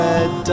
Red